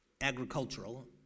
agricultural